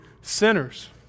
sinners